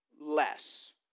less